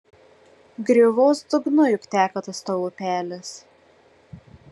griovos dugnu juk teka tas tavo upelis